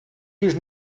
use